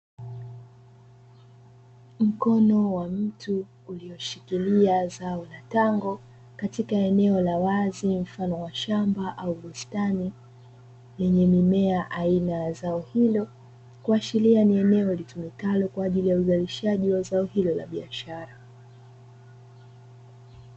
Mkono wa mtu ulioshikilia zao la tango katika eneo la wazi, mfano wa shamba au bustani, yenye mimea aina ya zao hilo, kuashiria ni eneo litumikalo kwa ajili ya uenezeshaji wa zao hilo la biashara.